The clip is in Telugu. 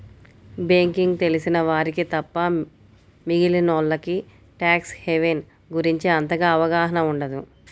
బ్యేంకింగ్ తెలిసిన వారికి తప్ప మిగిలినోల్లకి ట్యాక్స్ హెవెన్ గురించి అంతగా అవగాహన ఉండదు